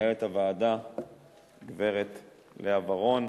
למנהלת הוועדה הגברת לאה ורון,